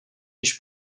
již